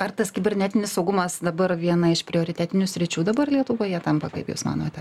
ar tas kibernetinis saugumas dabar viena iš prioritetinių sričių dabar lietuvoje tampa kaip jūs manote